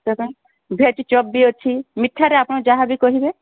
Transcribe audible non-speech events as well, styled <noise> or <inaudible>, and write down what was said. <unintelligible> veg chop ବିି ଅଛି ମିଠାରେ ଆପଣ ଯାହା ବିି କହିବେ